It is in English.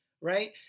right